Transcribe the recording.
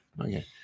Okay